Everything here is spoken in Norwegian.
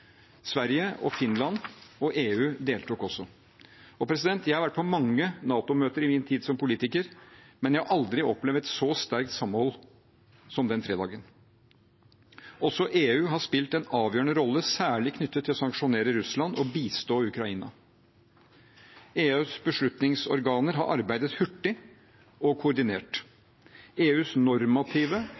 Sverige, Finland og EU deltok også. Jeg har vært på mange NATO-møter i min tid som politiker, men jeg har aldri opplevd et så sterkt samhold som den fredagen. Også EU har spilt en avgjørende rolle, særlig knyttet til å sanksjonere Russland og bistå Ukraina. EUs beslutningsorganer har arbeidet hurtig og koordinert. EUs normative,